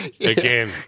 Again